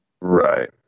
Right